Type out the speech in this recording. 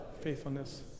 Faithfulness